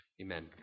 Amen